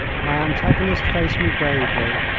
my antagonist faced me bravely,